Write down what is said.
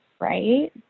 Right